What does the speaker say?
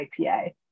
IPA